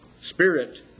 spirit